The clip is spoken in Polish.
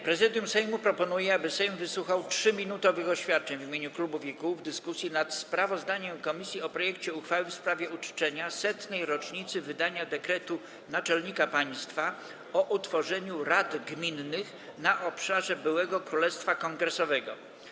Prezydium Sejmu proponuje, aby Sejm wysłuchał 3-minutowych oświadczeń w imieniu klubów i kół w dyskusji nad sprawozdaniem komisji o projekcie uchwały w sprawie uczczenia 100. rocznicy wydania dekretu Naczelnika Państwa o utworzeniu Rad Gminnych na obszarze b. Królestwa Kongresowego.